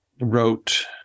wrote